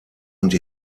und